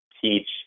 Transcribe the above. teach